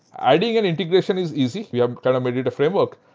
i think an integration is easy. we have kind of made it a framework.